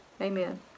Amen